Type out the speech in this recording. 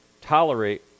tolerate